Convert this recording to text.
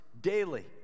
daily